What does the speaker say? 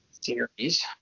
series